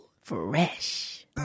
Fresh